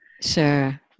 Sure